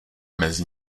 mezi